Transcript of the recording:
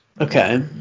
Okay